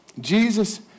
Jesus